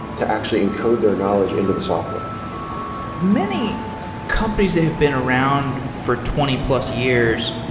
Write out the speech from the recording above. to actually encode their knowledge into the software many companies that have been around for twenty plus years,